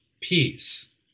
peace